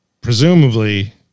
presumably